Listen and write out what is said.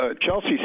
Chelsea